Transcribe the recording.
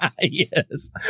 Yes